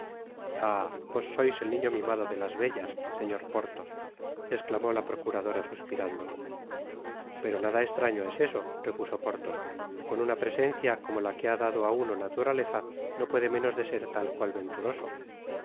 vos sois el niño mimado de las bellas señor porthos esclamó la procuradora suspirando pero nadaestraño es eso repuso porthos con una presencia como la que ha dado á uno naturaleza no puede menos de ser tal cual venturoso